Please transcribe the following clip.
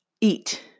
eat